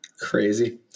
Crazy